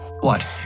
What